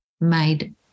made